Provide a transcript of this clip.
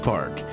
Park